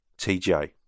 TJ